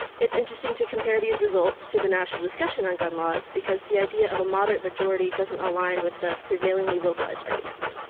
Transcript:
it's interesting to compare these results to the national discussion on gun laws because the idea of a moderate majority doesn't align with the prevailingly vocalized arguments.